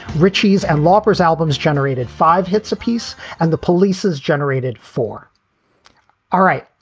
richies and lappers albums generated five hits apiece and the polices generated for all right,